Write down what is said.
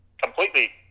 completely